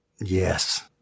Yes